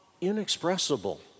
inexpressible